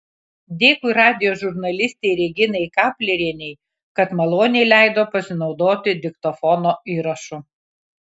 dėkui radijo žurnalistei reginai kaplerienei kad maloniai leido pasinaudoti diktofono įrašu